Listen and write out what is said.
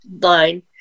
line